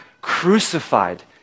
crucified